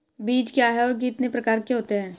बीज क्या है और कितने प्रकार के होते हैं?